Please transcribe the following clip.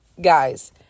guys